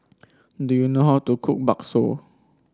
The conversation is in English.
do you know how to cook bakso